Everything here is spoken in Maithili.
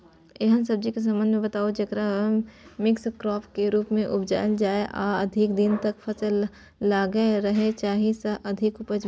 एहन सब्जी के संबंध मे बताऊ जेकरा मिक्स क्रॉप के रूप मे उपजायल जाय आ अधिक दिन तक फसल लागल रहे जाहि स अधिक उपज मिले?